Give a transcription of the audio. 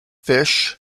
fish